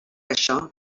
això